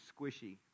squishy